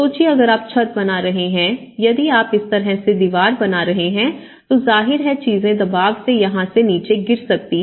सोचिए अगर आप छत बना रहे हैं यदि आप इस तरह से दीवार बना रहे हैं तो जाहिर है चीजें दबाव से यहां से नीचे गिर सकती हैं